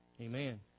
Amen